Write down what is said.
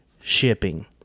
shipping